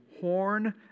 horn